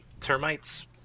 termites